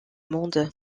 monde